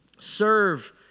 serve